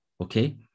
Okay